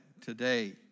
today